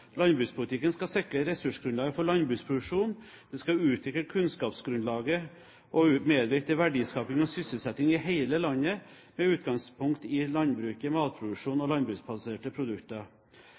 Landbrukspolitikken skal sikre ressursgrunnlaget for landbruksproduksjon. Den skal utvikle kunnskapsgrunnlaget og medvirke til verdiskaping og sysselsetting i hele landet, med utgangspunkt i landbruk, i matproduksjon og landbruksbaserte produkter.